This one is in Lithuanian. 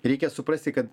reikia suprasti kad